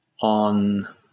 on